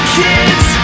kids